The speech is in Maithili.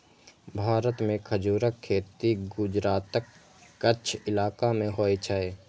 भारत मे खजूरक खेती गुजरातक कच्छ इलाका मे होइ छै